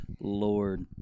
Lord